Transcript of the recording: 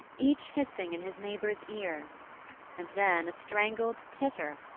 each hissing in his neighbour's ear and then a strangled titter,